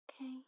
okay